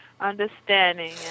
understanding